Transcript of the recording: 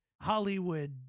Hollywood